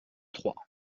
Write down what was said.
trois